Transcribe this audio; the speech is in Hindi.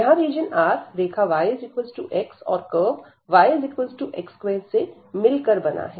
यहां रीजन R रेखा yx और कर्व yx2 से मिलकर बना है